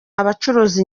abacuruza